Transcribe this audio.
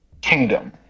kingdom